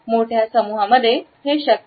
मोठ्या समूहामध्ये शक्य नाही